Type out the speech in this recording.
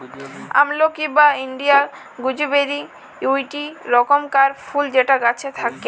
আমলকি বা Indian gooseberry ইকটি রকমকার ফুল যেটা গাছে থাক্যে